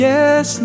Yes